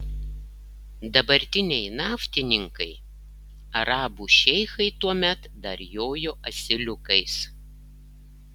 dabartiniai naftininkai arabų šeichai tuomet dar jojo asiliukais